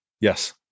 Yes